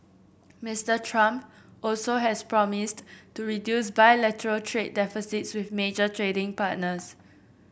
Mister Trump also has promised to reduce bilateral trade deficits with major trading partners